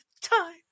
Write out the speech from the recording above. time